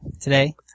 today